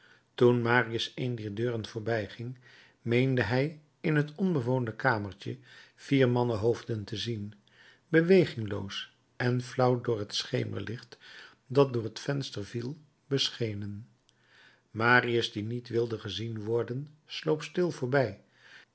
toen marius een dier deuren voorbij ging meende hij in het onbewoonde kamertje vier mannenhoofden te zien bewegingloos en flauw door het schemerlicht dat door het venster viel beschenen marius die niet wilde gezien worden sloop stil voorbij